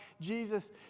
Jesus